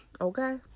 okay